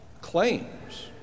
claims